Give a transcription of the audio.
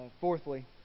fourthly